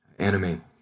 anime